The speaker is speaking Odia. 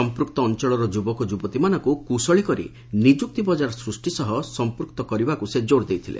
ସଂପ୍କକ୍ତ ଅଞ୍ଚଳର ଯୁବକ ଯୁବତୀମାନଙ୍କୁ କୁଶଳୀ କରି ନିଯୁକ୍ତି ବଜାର ସହ ସଂପୂକ୍ତ କରିବାକୁ ସେ ଜୋର ଦେଇଥିଲେ